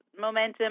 momentum